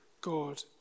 God